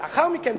אבל לאחר מכן,